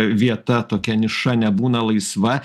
vieta tokia niša nebūna laisva